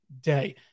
day